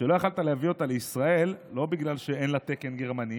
שלא יכולת להביא לישראל לא בגלל שאין לה תקן גרמני,